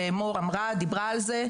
ומור דיברה על זה,